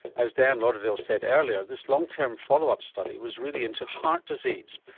as diane lauderdale said earlier this long term follow-up study was really into heart disease.